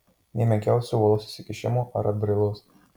nė menkiausio uolos išsikišimo ar atbrailos